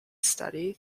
study